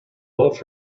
love